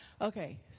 Okay